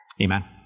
Amen